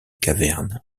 caverne